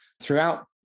throughout